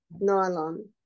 nylon